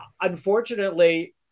Unfortunately